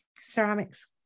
ceramics